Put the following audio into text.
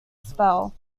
spell